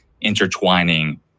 intertwining